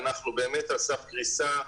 ואנחנו באמת על סף קריסה,